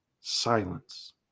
Silence